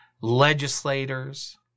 legislators